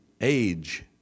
age